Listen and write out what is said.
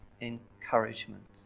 encouragement